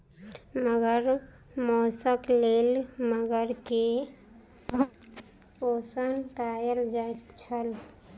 मगर मौसक लेल मगर के शोषण कयल जाइत छल